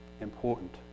important